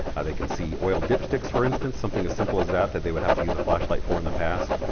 they can see oil dipsticks for instance, something as simple as that that they would have to use a flashlight for in the past,